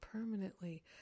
permanently